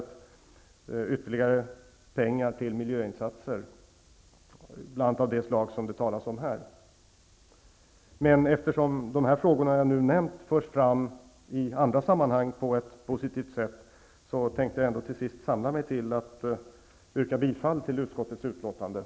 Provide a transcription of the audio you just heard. I den anslås ytterligare pengar till miljöinsatser bl.a. av det slag som det talas om här. Eftersom de frågor som jag här har omnämnt förs fram i andra sammanhang på ett positivt sätt, yrkar jag till sist bifall till utskottets hemställan.